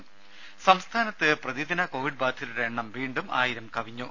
രുമ സംസ്ഥാനത്ത് പ്രതിദിന കോവിഡ് ബാധിതരുടെ എണ്ണം വീണ്ടും ആയിരം കവിഞ്ഞു